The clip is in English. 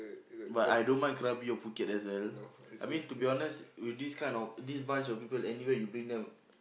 but I don't mind Krabi or Phuket as well I mean to be honest with this kind of this bunch of people anywhere you bring them